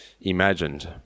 imagined